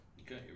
Okay